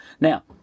Now